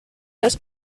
los